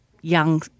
young